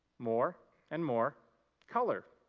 more and more color.